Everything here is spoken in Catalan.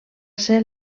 ser